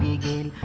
again